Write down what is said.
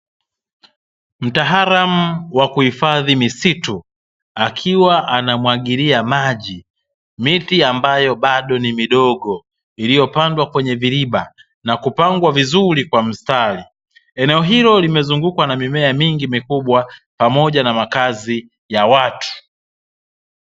Mtaalamu wa kuhifadhi misitu akiwa anamwagilia maji. Miti ambayo bado ni midogo iliyopandwa kwenye viriba na kupangwa vizuri kwa mstari. Eneo hilo limezungukwa na mimea mingi mikubwa pamoja na makazi ya watu.